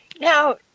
Now